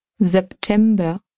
September